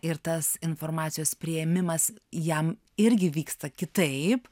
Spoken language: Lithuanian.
ir tas informacijos priėmimas jam irgi vyksta kitaip